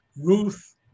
Ruth